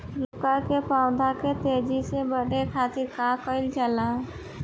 लउका के पौधा के तेजी से बढ़े खातीर का कइल जाला?